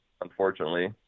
unfortunately